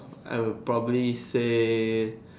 I will probably say